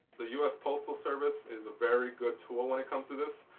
the us postal service is a very good tool when it comes to this.